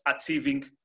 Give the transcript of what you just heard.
achieving